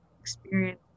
experience